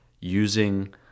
using